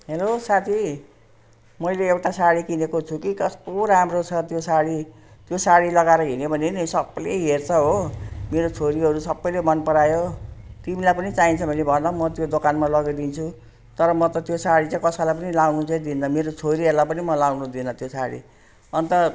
hello साथी मैले एउटा साडी किनेको छु कि कस्तो राम्रो छ त्यो साडी त्यो साडी लगाएर हिँड्यो भने नि सबले हेर्छ हो मेरो छोरीहरू सबैले मनपरायो तिमीलाई पनि चाहिन्छ भने भन म त्यो दोकानमा लगिदिन्छु तर म त त्यो साडी चाहिँ कसैलाई पनि लगाउनु चाहिँ दिँदिन मेरो छोरीहरूलाई पनि म लगाउनु दिन्न त्यो साडी अन्त